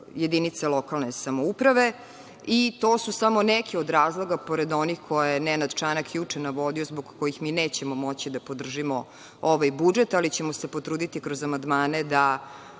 jedinica lokalne samouprave. To su samo neki od razloga, pored onih koje je Nenad Čanak juče navodio, zbog kojih mi nećemo moći da podržimo ovaj budžet, ali ćemo se potruditi kroz amandmane da